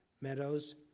Meadows